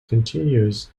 continues